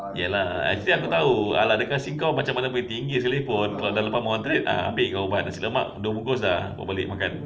iya lah actually aku tahu !alah! dia kasih kau macam mana punya tinggi sekali pun kalau dah lepas moderate ah ambil kau nasi lemak dua bungkus dah